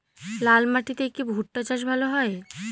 লাল মাটিতে কি ভুট্টা চাষ ভালো হয়?